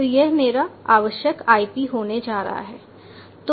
तो यह मेरा आवश्यक IP होने जा रहा है